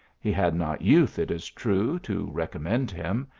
he had not youth, it is true, to recommend him,